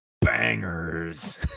bangers